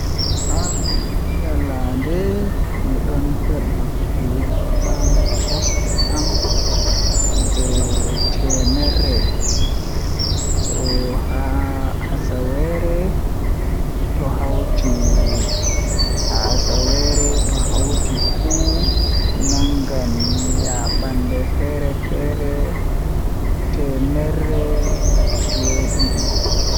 Haa nyalande midon yaaba nde temmere soo haa asaweere to hawri fuu nangan midon yaaba temerre jweedidi.